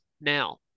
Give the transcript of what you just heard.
now